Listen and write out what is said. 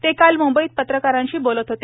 ते काल म्ंबईत पत्रकारांशी बोलत होते